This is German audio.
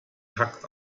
takt